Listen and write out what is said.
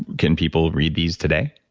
can people read these today?